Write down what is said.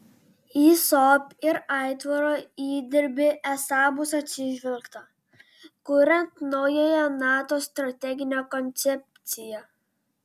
į sop ir aitvaro įdirbį esą bus atsižvelgta kuriant naująją nato strateginę koncepciją